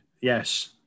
yes